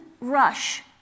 rush